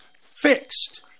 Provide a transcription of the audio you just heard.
fixed